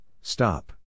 stop